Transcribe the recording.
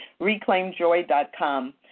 ReclaimJoy.com